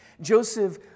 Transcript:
Joseph